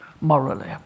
morally